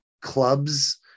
clubs